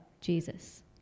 Jesus